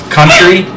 country